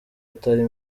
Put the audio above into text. atari